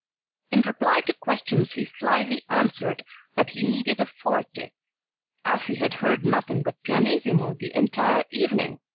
in reply to questions he slily answered that he needed a forte as he had heard nothing but pianissimo the entire evening!